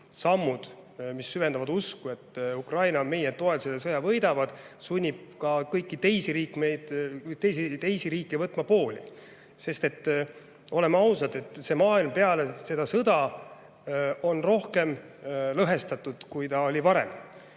sammud, mis süvendavad usku, et Ukraina meie toel selle sõja võidab, sunnib ka kõiki teisi riike valima pooli. Sest oleme ausad, see maailm on peale seda sõda rohkem lõhestatud, kui ta oli varem.